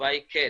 התשובה היא כן.